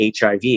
HIV